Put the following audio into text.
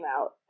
out